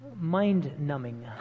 mind-numbing